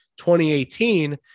2018